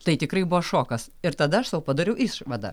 tai tikrai buvo šokas ir tada aš sau padariau išvadą